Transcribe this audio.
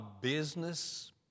business